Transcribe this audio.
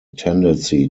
tendency